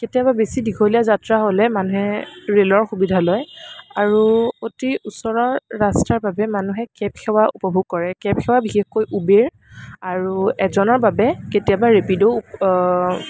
কেতিয়াবা বেছি দীঘলীয়া যাত্ৰা হ'লে মানুহে ৰেলৰ সুবিধা লয় আৰু অতি ওচৰৰ ৰাস্তাৰ বাবে মানুহে কেব সেৱা উপভোগ কৰে কেব সেৱা বিশেষকৈ উবেৰ আৰু এজনৰ বাবে কেতিয়াবা ৰেপিডোও